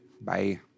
Bye